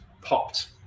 popped